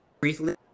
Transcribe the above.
briefly